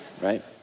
Right